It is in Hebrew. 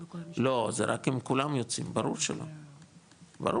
לא, זה רק אם כולם יוצאים, ברור שלא, ברור,